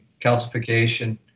calcification